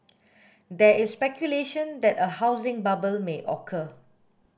there is speculation that a housing bubble may occur